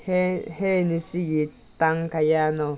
ꯍꯦ ꯍꯦ ꯉꯁꯤꯒꯤ ꯇꯥꯡ ꯀꯌꯥꯅꯣ